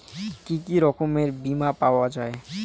কি কি রকমের বিমা পাওয়া য়ায়?